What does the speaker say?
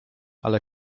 ale